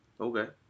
Okay